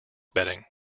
bedding